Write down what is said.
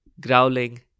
growling